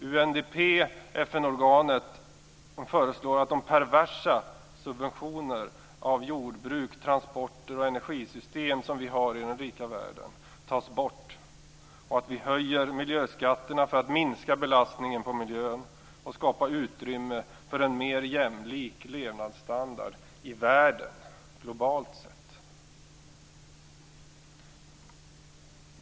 FN-organet UNDP föreslår att de perversa subventioner av jordbruk, transporter och energisystem som vi har i den rika världen tas bort och att vi höjer miljöskatterna för att minska belastningen på miljön och skapa utrymme för en mer jämlik levnadsstandard i världen, globalt sett.